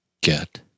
get